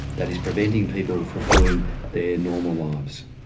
that is preventing people fulfilling their normal lives.